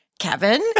Kevin